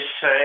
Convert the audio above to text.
say